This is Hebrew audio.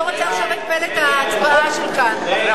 התשע"א 2011,